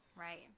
right